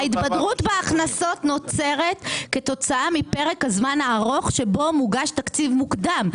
ההתבדרות בהכנסות נוצרת כתוצאה מפרק הזמן הארוך שבו מוגש תקציב מוקדם.